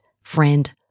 friend